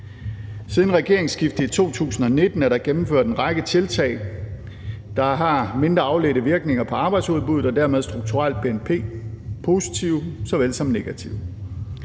Siden regeringsskiftet i 2019 er der gennemført en række tiltag, der har mindre afledte virkninger på arbejdsudbuddet og dermed strukturelt på bnp, positive såvel som negative.